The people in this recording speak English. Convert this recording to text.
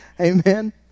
Amen